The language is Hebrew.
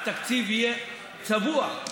התקציב יהיה צבוע.